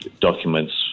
documents